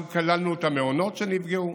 כללנו בזה גם את המעונות שנפגעו,